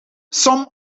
some